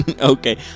Okay